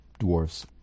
dwarves